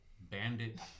bandit